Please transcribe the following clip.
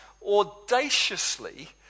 audaciously